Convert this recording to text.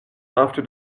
after